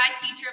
teacher